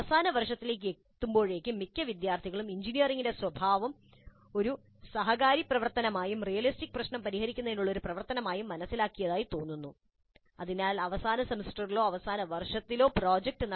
അവസാന വർഷത്തിലേക്ക് എത്തുമ്പോഴേക്കും മിക്ക വിദ്യാർത്ഥികളും എഞ്ചിനീയറിംഗിന്റെ സ്വഭാവം ഒരു സഹകാരി പ്രവർത്തനമായും റിയലിസ്റ്റിക് പ്രശ്നം പരിഹരിക്കുന്നതിനുള്ള ഒരു പ്രവർത്തനമായും മനസ്സിലാക്കിയതായി തോന്നുന്നു അതിനാൽ അവസാന സെമസ്റ്ററിലോ അവസാന വർഷത്തിലോ പ്രോജക്റ്റ്